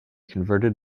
converted